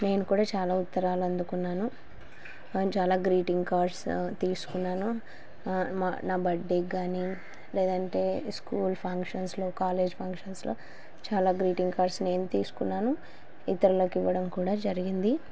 నేను కూడా చాలా ఉత్తరాలు అందుకున్నాను చాలా గ్రీటింగ్ కార్డ్స్ తీసుకున్నాను మా నా బర్త్డేకి కానీ లేదంటే స్కూల్ ఫంక్షన్స్లో కాలేజ్ ఫంక్షన్స్లో చాలా గ్రీటింగ్ కార్డ్స్ నేను తీసుకున్నాను ఇతరులకి ఇవ్వడం కూడా జరిగింది